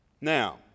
Now